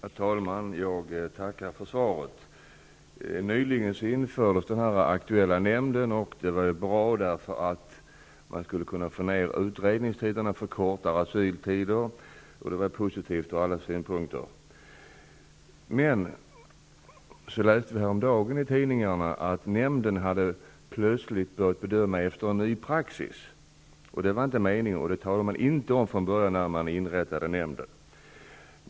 Herr talman! Jag tackar för svaret. Den aktuella nämnden infördes nyligen. Det var bra därför att man skulle kunna få ner utredningstiderna och förkorta väntetiden för asylsökande. Det var positivt ur alla synpunkter. Häromdagen kunde vi dock läsa i tidningen att nämnden plötsligt hade börjat bedöma efter en ny praxis. Det var inte meningen. Det talade man inte om från början när man inrättade nämnden.